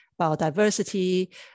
biodiversity